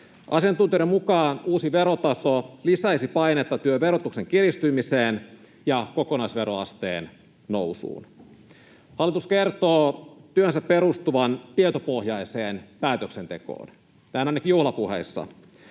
Asiantuntijoiden mukaan uusi verotaso lisäisi painetta työn verotuksen kiristymiseen ja kokonaisveroasteen nousuun. Hallitus kertoo työnsä perustuvan tietopohjaiseen päätöksentekoon — näin ainakin juhlapuheissa.